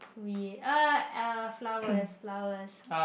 we uh uh flowers flowers